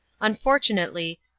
Unfortunately